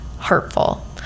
hurtful